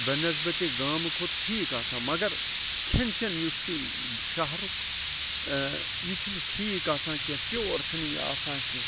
بَنسبَتہ گامہٕ کھۄتہٕ ٹھیک آسان مگر کھیٚن چیٚن یُس چھُ شَہرک یہِ چھُ نہٕ ٹھیک آسان کینٛہہ پیٚور چھُ نہٕ آسان کینٛہہ